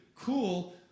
cool